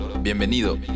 bienvenido